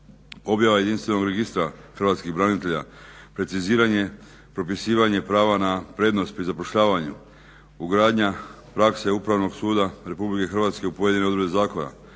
Objava jedinstvenog Registra hrvatskih branitelja, preciziranje, propisivanje prava na prednost pri zapošljavanju, ugradnja prakse Upravnog suda RH u pojedine odredbe zakona,